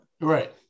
Right